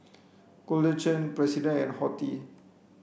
Golden Churn President and Horti